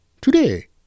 Today